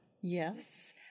Yes